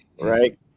right